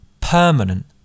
permanent